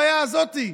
לך תציל את הבעיה הזאת.